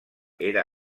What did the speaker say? era